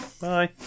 Bye